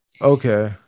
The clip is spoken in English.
okay